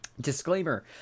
disclaimer